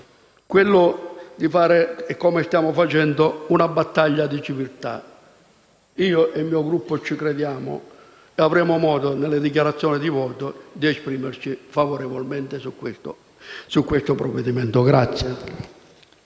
quello di fare, come stiamo facendo, una battaglia di civiltà. Io e il mio Gruppo ci crediamo e avremo modo, in corso di dichiarazione di voto, di esprimerci favorevolmente sul disegno di